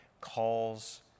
calls